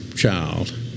child